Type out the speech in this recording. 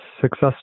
success